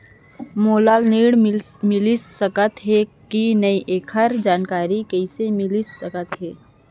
मोला ऋण मिलिस सकत हे कि नई एखर जानकारी कइसे मिलिस सकत हे?